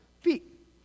feet